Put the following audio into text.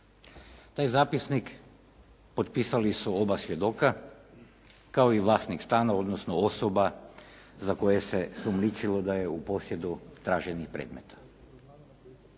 Taj zapisnik potpisali su oba svjedoka kao i vlasnik stana, odnosno osoba za koje se sumnjičilo da je u posjedu traženih predmeta.